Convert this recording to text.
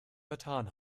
vertan